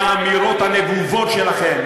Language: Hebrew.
עם האמירות הנבובות שלכם.